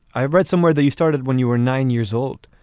i read somewhere that you started when you were nine years old.